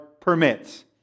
permits